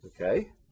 okay